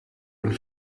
und